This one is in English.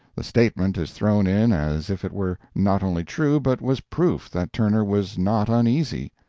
the statement is thrown in as if it were not only true, but was proof that turner was not uneasy.